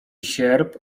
sierp